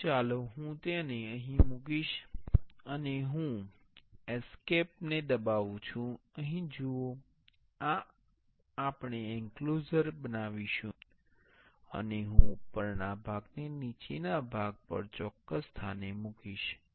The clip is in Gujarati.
તેથી ચાલો હું તેને અહીં મુકીશ અને હું એસ્કેપ ને દબાવું છું અહીં જુઓ આ આપણે એંક્લોઝર બનાવીશું અને હું ઉપરના ભાગને નીચેના ભાગ પર ચોક્કસ સ્થાને મૂકીશ